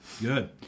Good